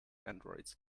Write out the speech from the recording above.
androids